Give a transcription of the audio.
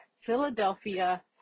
Philadelphia